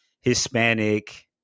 Hispanic